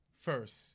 first